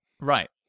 Right